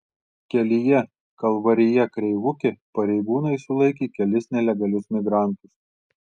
kelyje kalvarija kreivukė pareigūnai sulaikė kelis nelegalius migrantus